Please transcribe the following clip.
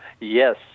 Yes